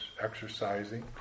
exercising